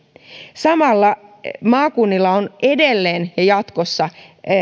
samalla maakunnilla on edelleen jatkossa